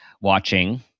watching